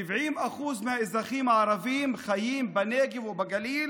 70% מהאזרחים הערבים חיים בנגב ובגליל,